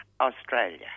Australia